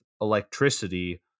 electricity